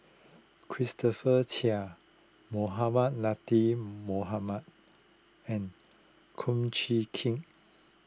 Christopher Chia Mohamed Latiff Mohamed and Kum Chee Kin